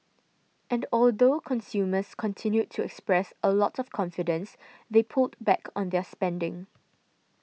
and although consumers continued to express a lot of confidence they pulled back on their spending